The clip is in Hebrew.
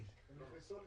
הוצאות שהן רגילות, למשל,